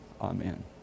Amen